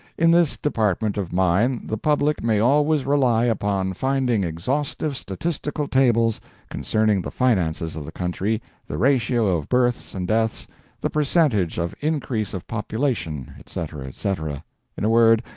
in this department of mine the public may always rely upon finding exhaustive statistical tables concerning the finances of the country, the ratio of births and deaths the percentage of increase of population, etc, etc in a word,